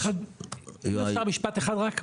אם אפשר משפט אחד רק?